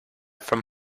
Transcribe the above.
from